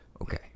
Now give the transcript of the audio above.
Okay